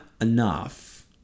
enough